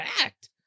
act